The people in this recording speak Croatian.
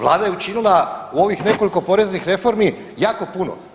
Vlada je učinila u ovih nekoliko poreznih reformi jako puno.